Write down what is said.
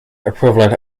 equivalent